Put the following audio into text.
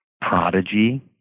Prodigy